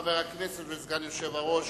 חבר הכנסת וסגן היושב-ראש